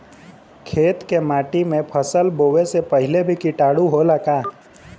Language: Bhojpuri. खेत के माटी मे फसल बोवे से पहिले भी किटाणु होला का?